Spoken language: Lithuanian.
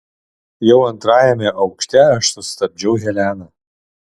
jau antrajame aukšte aš sustabdžiau heleną